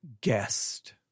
Guest